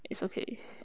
it's okay